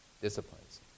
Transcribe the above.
disciplines